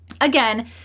again